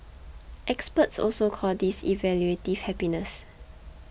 experts also call this evaluative happiness